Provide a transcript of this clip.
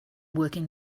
working